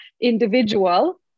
individual